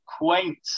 quaint